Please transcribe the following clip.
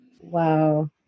wow